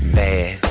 bad